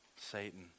Satan